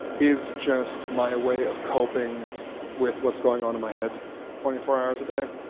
is just my way of coping with what is going on in my head twenty four hours a day.